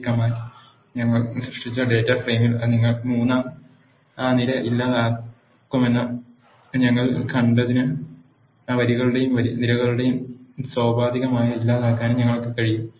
ഈ കമാൻഡ് ഞങ്ങൾ സൃഷ്ടിച്ച ഡാറ്റാ ഫ്രെയിമിൽ നിന്ന് 3 ആം നിര ഇല്ലാതാക്കുമെന്ന് ഞങ്ങൾ കണ്ടതിനാൽ വരികളുടെയും നിരകളുടെയും സോപാധികമായ ഇല്ലാതാക്കാനും ഞങ്ങൾക്ക് കഴിയും